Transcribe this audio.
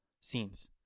scenes